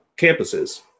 campuses